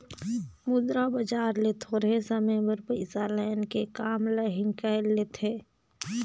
मुद्रा बजार ले थोरहें समे बर पइसा लाएन के काम ल हिंकाएल लेथें